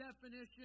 definition